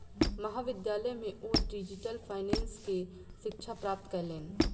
महाविद्यालय में ओ डिजिटल फाइनेंस के शिक्षा प्राप्त कयलैन